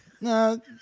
No